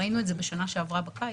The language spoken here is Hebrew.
ראינו את זה בשנה שעברה בקיץ.